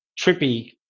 trippy